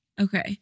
Okay